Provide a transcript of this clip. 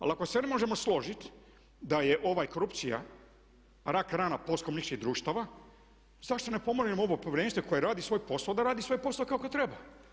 Ali ako se ne možemo složiti da je korupcija rak rana postkomunističkih društava zašto ne pomažemo ovo Povjerenstvo koje radi svoj posao, da radi svoj posao kako treba?